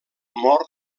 mor